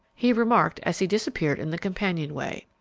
he remarked as he disappeared in the companionway.